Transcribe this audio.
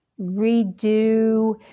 redo